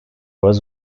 was